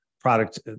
product